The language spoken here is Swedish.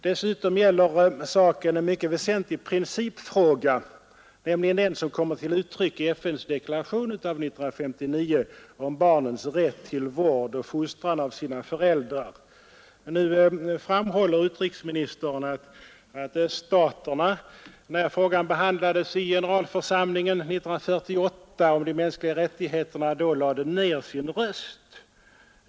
Dessutom är det en mycket väsentlig principfråga, nämligen den som kommer till uttryck i FN:s deklaration av 1959 om barnens rätt till vård och fostran av sina föräldrar. Nu framhåller utrikesministern att öststaterna lade ned sina röster när frågan om de mänskliga rättigheterna behandlades i generalförsamlingen 1948.